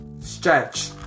stretch